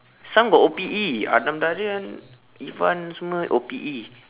some got O P_E adam darian evan semua O P_E